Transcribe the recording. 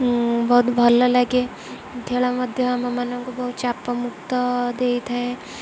ବହୁତ ଭଲ ଲାଗେ ଖେଳ ମଧ୍ୟ ଆମମାନଙ୍କୁ ବହୁତ ଚାପମୁକ୍ତ ଦେଇଥାଏ